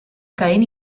caín